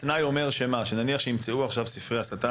התנאי אומר שנניח ונמצאו ספרי הסתה,